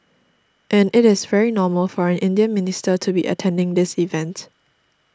and it is very normal for an Indian minister to be attending this event